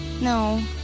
no